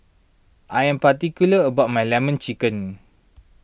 I am particular about my Lemon Chicken